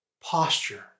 posture